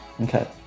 Okay